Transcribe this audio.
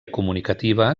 comunicativa